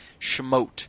Shemot